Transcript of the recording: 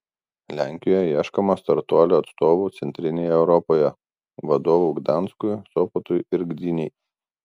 lenkijoje ieškoma startuolio atstovų centrinėje europoje vadovų gdanskui sopotui ir gdynei